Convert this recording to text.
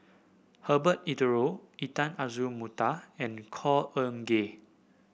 Herbert Eleuterio Intan Azura Mokhtar and Khor Ean Ghee